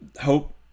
hope